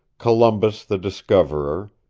columbus the discoverer,